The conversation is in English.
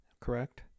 correct